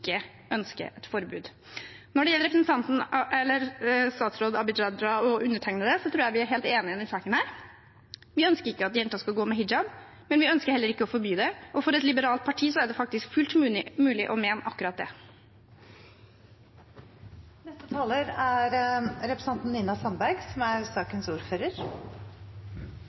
et forbud. Når det gjelder statsråd Abid Q. Raja og meg, tror jeg vi er helt enige i denne saken. Vi ønsker ikke at jenter skal gå med hijab, men vi ønsker heller ikke å forby det. Og for et liberalt parti er det faktisk fullt mulig å mene akkurat det. Jeg ønsker bare å gi et lite tilsvar til representanten Christian Tybring-Gjedde, som